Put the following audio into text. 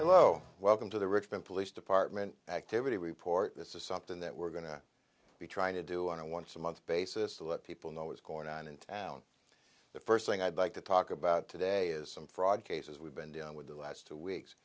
below welcome to the richmond police department activity report this is something that we're going to be trying to do on a once a month basis to let people know what's going on in town the first thing i'd like to talk about today is some fraud cases we've been dealing with the last two weeks